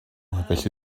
felly